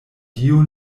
dio